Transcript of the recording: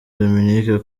dominique